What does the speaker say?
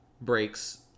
breaks